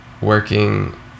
working